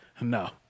No